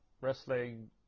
wrestling